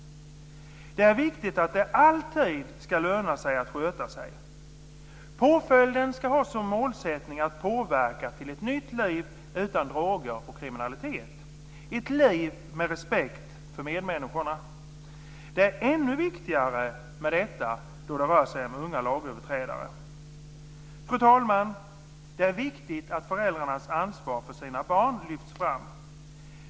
Det är viktigt att det alltid ska löna sig att sköta sig. Påföljden ska ha som målsättning att påverka till ett nytt liv utan droger och kriminalitet - ett liv med respekt för medmänniskorna. Det är ännu viktigare med detta då det rör sig om unga lagöverträdare. Fru talman! Det är viktigt att föräldrarnas ansvar för sina barn lyfts fram.